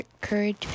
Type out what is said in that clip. courage